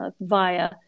via